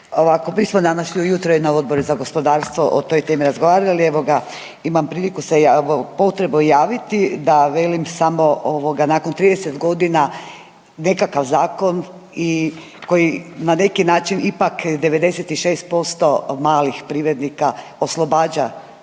ovako. Mi smo danas i u jutro na Odboru za gospodarstvo o toj temi razgovarali. Evo ga, imam priliku se, potrebu javiti da velim samo nakon 30 godina nekakav zakon koji na neki način ipak 96% malih privrednika oslobađa,